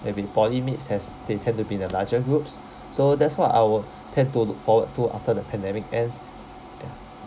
there'll be poly mates as they tend to be the larger groups so that's what I would tend to look forward to after the pandemic ends ya